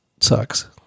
sucks